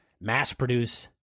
Mass-produce